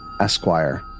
Esquire